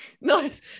Nice